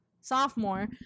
sophomore